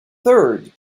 third